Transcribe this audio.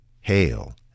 hail